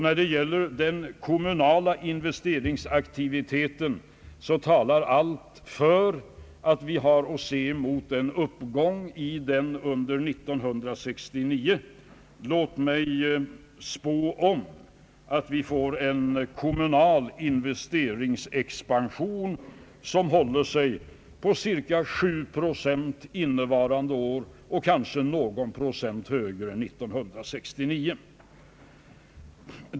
När det gäller den kommunala investeringsaktiviteten talar allt för att vi har att se fram emot en uppgång under 1969. Låt mig spå att vi kommer att få en kommunal investeringsexpansion som håller sig på cirka 7 procent innevarande år och kanske någon procent högre 1969.